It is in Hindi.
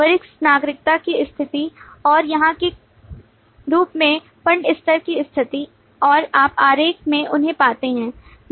वरिष्ठ नागरिकता की स्थिति और यहाँ के रूप में फंड स्तर की स्थिति और आप आरेख में उन्हे पाते हैं